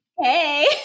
Hey